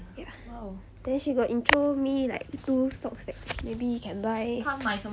ya then she got intro me like two stocks that maybe can buy